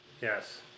Yes